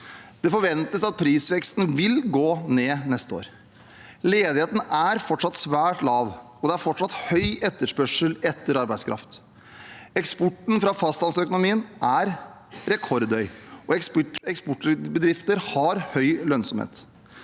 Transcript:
Det forventes at prisveksten vil gå ned neste år. Ledigheten er fortsatt svært lav, og det er fortsatt høy etterspørsel etter arbeidskraft. Eksporten fra fastlandsøkonomien er rekordhøy, og eksportbedrifter har høy lønnsomhet.